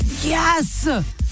Yes